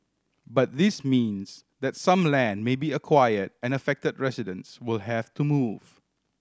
but this means that some land may be acquire and affect residents will have to move